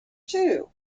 too